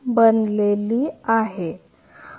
हे असे लिहिले आहे आणि हे आहे आणि हे वजा